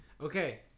Okay